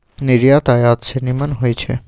निर्यात आयात से निम्मन होइ छइ